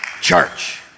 church